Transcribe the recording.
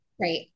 right